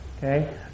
Okay